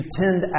tend